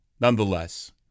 Nonetheless